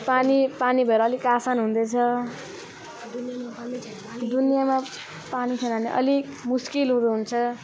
पानी पानी भएर अलिक आसान हुँदैछ दुनियाँमा पानी छैन भने अलिक मुस्किलहरू हुन्छ